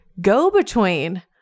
go-between